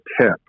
tip